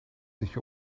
sich